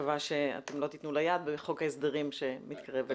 מקווה שאתם לא תתנו לה יד בחוק ההסדרים שמתקרב אלינו.